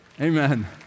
Amen